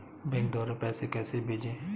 Bank द्वारा पैसे कैसे भेजें?